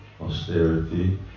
austerity